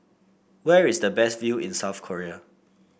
where is the best view in South Korea